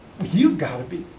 you've gotta be